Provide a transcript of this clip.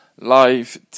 Live